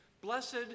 Blessed